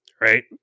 right